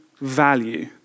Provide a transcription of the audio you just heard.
value